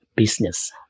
business